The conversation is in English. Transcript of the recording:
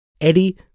Eddie